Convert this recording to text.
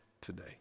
today